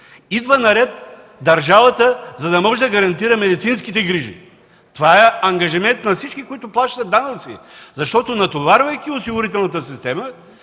идва наред държавата, за да може да гарантира медицинските грижи. Това е ангажимент на всички, които плащат данъци, защото, натоварвайки осигурителната система,